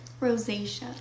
rosacea